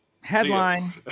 Headline